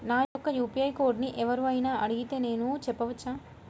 నా యొక్క యూ.పీ.ఐ కోడ్ని ఎవరు అయినా అడిగితే నేను చెప్పవచ్చా?